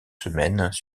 semaines